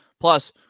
Plus